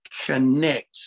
connect